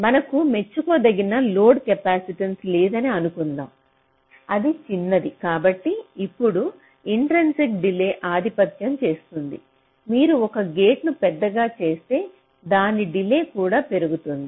మనకు మెచ్చుకోదగిన load capacitance లేదని అనుకుందాం అది చిన్నది కాబట్టి ఇప్పుడు ఇంట్రెన్సిక్ డిలే ఆధిపత్యం చెస్తుంది మీరు ఒక గేటును పెద్దగా చేస్తే దాని డిలే కూడా పెరుగుతుంది